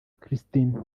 christine